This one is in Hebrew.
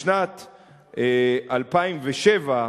בשנת 2007,